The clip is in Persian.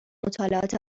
مطالعات